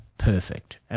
perfect